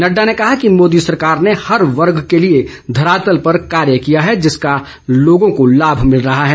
नड्डा ने कहा कि मोदी सरकार ने हर वर्ग के लिए धरातल पर कार्य किया है जिसका लोगों को लाम भिल रहा है